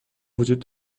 وجود